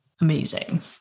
amazing